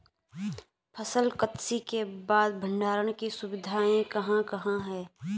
फसल कत्सी के बाद भंडारण की सुविधाएं कहाँ कहाँ हैं?